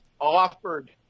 offered